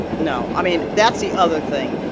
no. i mean, that's the other thing.